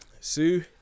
Sue